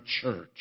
church